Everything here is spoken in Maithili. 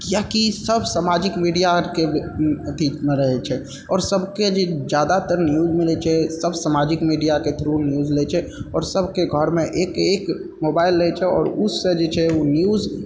किए कि सब सामाजिक मीडिया आरके अथीमे रहै छै आओर सबके जे जादातर न्यूज मिलै छै सब सामाजिक मीडियाके थ्रू न्यूज लै छै आओर सबके घरमे एक एक मोबाइल रहै छै आओर उस से जे छै ओ न्यूज